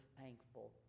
thankful